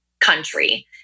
country